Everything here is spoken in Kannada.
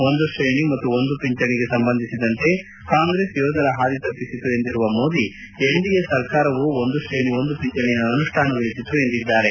ಒಂದೇ ತ್ರೇಣಿ ಒಂದು ಪಿಂಚಣಿಗೆ ಸಂಬಂಧಿಸಿದಂತೆ ಕಾಂಗ್ರೆಸ್ ಯೋಧರ ಹಾದಿ ತಪ್ಪಿಸಿತು ಎಂದಿರುವ ಮೋದಿ ಎನ್ಡಿಎ ಸರ್ಕಾರವು ಒಂದು ಶ್ರೇಣಿ ಒಂದು ಪಿಂಚಣಿಯನ್ನು ಅನುಷ್ಠಾನಗೊಳಿಸಿತು ಎಂದಿದ್ದಾರೆ